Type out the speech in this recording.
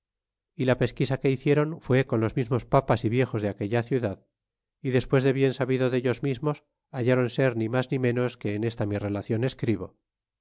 causa la pesquisa que hiciéron fué con los mismos papas é viejos de aquella ciudad y despues de bien sabido deilos mismos halláron ser ni mas ni ménos que en esta mi relacion escribo